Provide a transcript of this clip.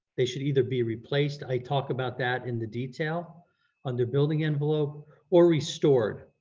they should either be replaced, i talk about that in the detail on their building envelope or restored,